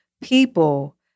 people